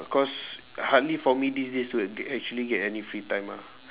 because hardly for me these days to get actually get any free time ah